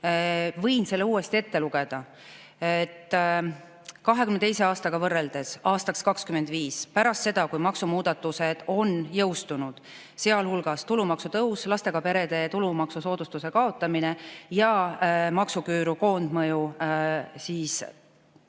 Võin selle uuesti ette lugeda. 2022. aastaga võrreldes aastaks 2025, pärast seda, kui maksumuudatused on jõustunud, sealhulgas tulumaksu tõus, lastega perede tulumaksusoodustuse kaotamine ja maksuküüru koondmõju samamoodi,